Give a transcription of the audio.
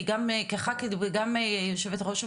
שם.